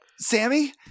Sammy